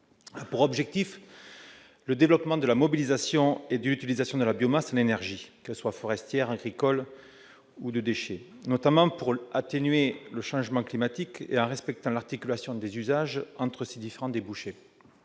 pour objectif le développement de la mobilisation et de l'utilisation de la biomasse, qu'elle soit forestière, agricole ou de déchets, en énergie, notamment pour atténuer le changement climatique, tout en respectant l'articulation des usages entre ses différents débouchés.